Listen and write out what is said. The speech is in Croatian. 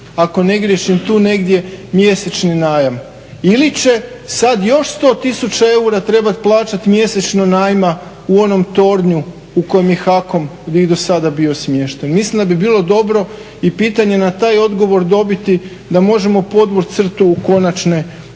ako ne griješim tu negdje mjesečni najam. Ili će sada još 100 tisuća eura trebati plaćati mjesečno najma u onom tornju u kojem je HAKOM i do sada bio smješten. Mislim da bi bilo dobro i pitanje na taj odgovor dobiti da možemo podvući crtu konačne troškove